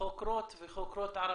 חוקרות וחוקרות ערביות,